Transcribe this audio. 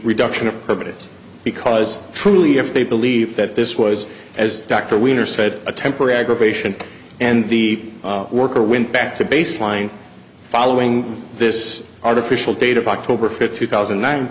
reduction of permits because truly if they believe that this was as dr wiener said a temporary aggravation and the worker when back to baseline following this artificial date of october fifth two thousand